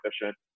efficient